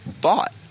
bought